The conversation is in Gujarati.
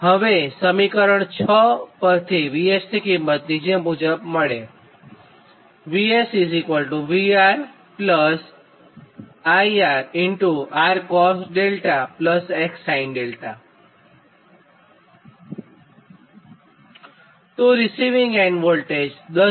હવે સમીકરણ 6 પરથી VS ની કિંમત નીચે મુજબ મળે તો રીસિવીંગ એન્ડ વોલ્ટેજ 10